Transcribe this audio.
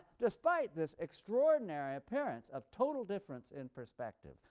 despite this extraordinary appearance of total difference in perspective,